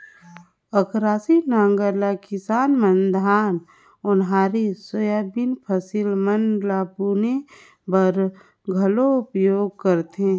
अकरासी नांगर ल किसान मन धान, ओन्हारी, सोयाबीन फसिल मन ल बुने बर घलो उपियोग करथे